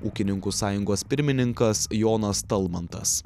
ūkininkų sąjungos pirmininkas jonas talmantas